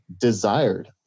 desired